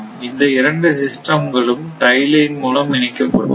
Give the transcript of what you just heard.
இந்த இரண்டு சிஸ்டம்க்களும் டை லைன் மூலம் இணைக்கப்பட்டுள்ளன